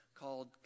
called